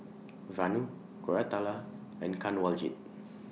Vanu Koratala and Kanwaljit